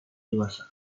dewasa